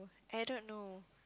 I don't know